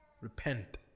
Repent